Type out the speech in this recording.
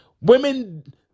Women